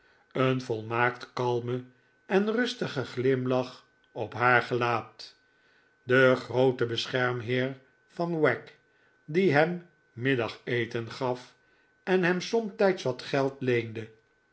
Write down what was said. een volmaakt kalmen en rustigen glimlach op haar gelaat de groote beschermheer van wagg die hem middageten gaf en hem somtijds wat geld leende